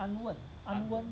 安稳